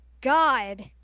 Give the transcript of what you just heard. God